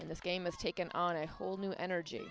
and this game has taken on a whole new energy